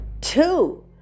two